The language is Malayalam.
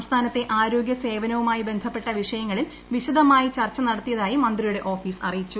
സംസ്ഥാനത്തെ ആരോഗ്യ സേവനവുമായി ബന്ധപ്പെട്ട വിഷയങ്ങളിൽ വിശദമായി ചർച്ച നടത്തിയതായി മന്ത്രിയുടെ ഓഫീസ് അറിയിച്ചു